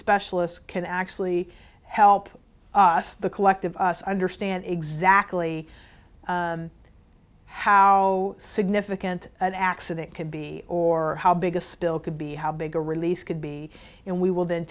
specialist can actually help us the collective us understand exactly how significant an accident can be or how big a spill could be how big a release could be and we will then